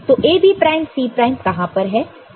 तो A B prime C prime कहां पर है